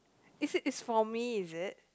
is it is for me is it